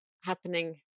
happening